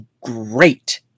great